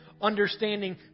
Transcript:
understanding